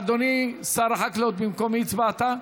אדוני שר החקלאות, במקום מי הצבעת?